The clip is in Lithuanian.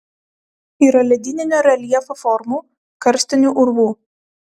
yra ledyninio reljefo formų karstinių urvų